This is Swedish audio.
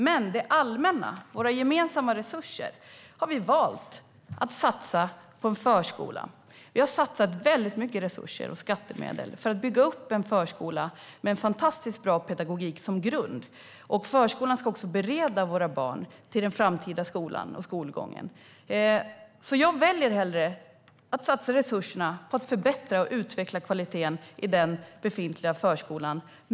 Men det allmänna, våra gemensamma resurser, har vi valt att satsa på förskolan. Vi har satsat mycket resurser och skattemedel på att bygga upp en förskola med en fantastiskt bra pedagogik som grund. Förskolan ska också förbereda våra barn för den framtida skolgången. Jag satsar därför hellre resurserna på att förbättra och utveckla kvaliteten i den befintliga förskolan.